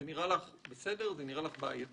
זה נראה לך בסדר, זה נראה לך בעייתי?